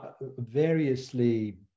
variously